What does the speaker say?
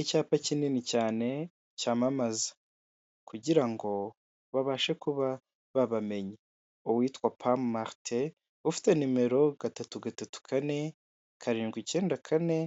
Icyapa kinini cyane cyamamaza kugira ngo babashe kuba babamenya, uwitwa Pam Martin ufite nimero gatatu gatatu kane karindwi ikenda kane